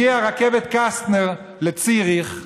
הגיעה רכבת קסטנר לציריך,